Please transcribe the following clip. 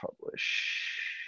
publish